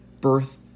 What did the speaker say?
Birth